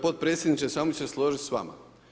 Potpredsjedniče samo ću se složit s vama.